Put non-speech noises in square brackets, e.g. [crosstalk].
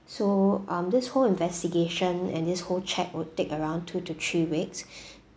so um this whole investigation and this whole check would take around two to three weeks [breath]